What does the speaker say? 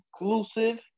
inclusive